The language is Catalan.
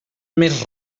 més